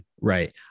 Right